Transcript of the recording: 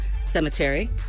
Cemetery